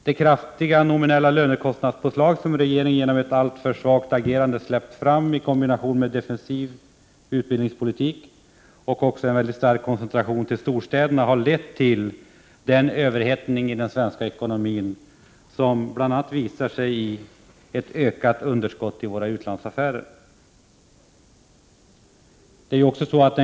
De kraftiga nominella lönekostnadspåslag som regeringen genom ett alltför svagt agerande släppt fram har i kombination med en defensiv utbildningspolitik och en mycket stark koncentration till storstäderna lett till den överhettning i den svenska ekonomin som bl.a. visar sig som ett ökat underskott i våra utlandsaffärer.